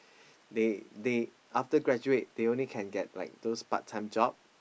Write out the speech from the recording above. they they after graduate they only can get like those part time job